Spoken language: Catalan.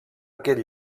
aquests